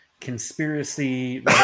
conspiracy